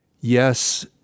yes